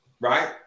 Right